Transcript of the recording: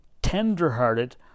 Tenderhearted